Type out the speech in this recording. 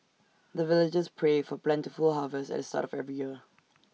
the villagers pray for plentiful harvest at the start of every year